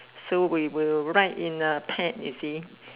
so we will write in a pad you see